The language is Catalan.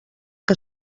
que